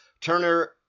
Turner